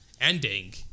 ending